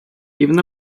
even